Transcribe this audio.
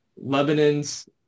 Lebanon's